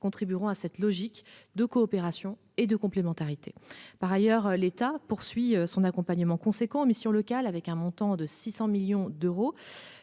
contribueront à cette logique de coopération et de complémentarité. Par ailleurs l'État poursuit son accompagnement conséquent aux missions locales avec un montant de 600 millions d'euros.